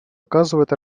оказывает